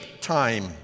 time